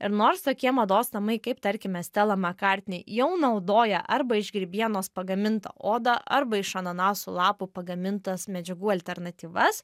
ir nors tokie mados namai kaip tarkime stela makartni jau naudoja arba iš grybienos pagamintą odą arba iš ananasų lapų pagamintas medžiagų alternatyvas